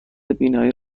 بینایی